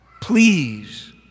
Please